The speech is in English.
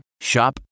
Shop